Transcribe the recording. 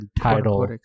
title